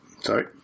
Sorry